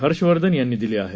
हर्ष वर्धन यांनी दिली आहे